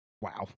Wow